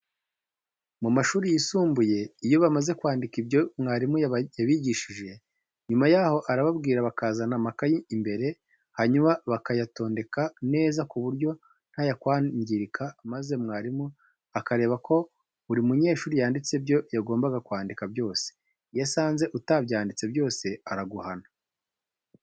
Mu mashuri yisumbuye iyo bamaze kwandika ibyo mwarimu yabigishije, nyuma yaho arababwira bakazana amakayi imbere, hanyuma bakayatondeka neza ku buryo ntayakwangirika maze mwarimu akareba ko buri munyeshuri yanditse ibyo yagombaga kwandika byose. Iyo asanze utabyanditse byose araguhana.